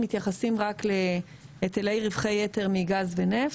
מתייחסים רק להיטלי רווחי יתר מגז ונפט,